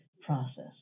process